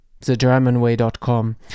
theGermanWay.com